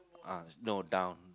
uh no down